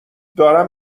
دارم